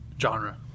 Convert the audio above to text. genre